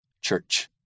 church